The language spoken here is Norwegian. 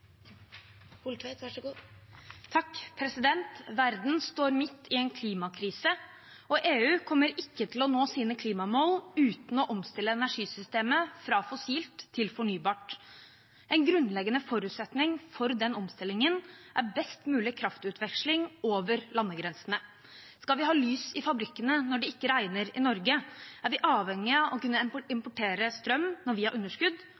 Verden står midt i en klimakrise, og EU kommer ikke til å nå sine klimamål uten å omstille energisystemet fra fossilt til fornybart. En grunnleggende forutsetning for den omstillingen er best mulig kraftutveksling over landegrensene. Skal vi ha lys i fabrikkene når det ikke regner i Norge, er vi avhengige av å kunne importere strøm når vi har underskudd,